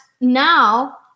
now